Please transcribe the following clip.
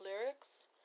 lyrics